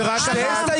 לא נכון, זה רק אחת.